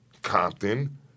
Compton